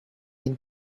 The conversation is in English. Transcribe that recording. been